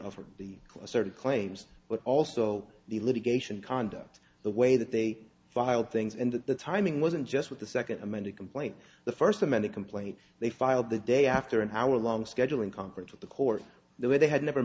of the asserted claims but also the litigation conduct the way that they filed things and that the timing wasn't just with the second amended complaint the first amended complaint they filed the day after an hour long scheduling conflict with the court the way they had never